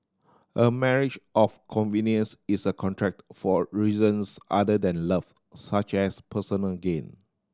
a marriage of convenience is a contracted for reasons other than love such as personal gain